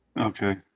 Okay